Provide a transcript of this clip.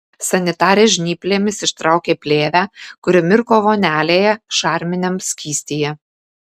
sanitarė žnyplėmis ištraukė plėvę kuri mirko vonelėje šarminiam skystyje